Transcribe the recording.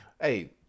hey